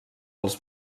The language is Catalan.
els